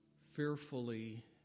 fearfully